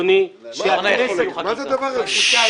אדוני, שהכנסת חוקקה --- מה זה הדבר הזה?